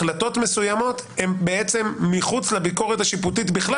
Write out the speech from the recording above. החלטות מסוימות הן בעצם מחוץ לביקורת השיפוטית בכלל?